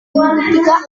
lingüística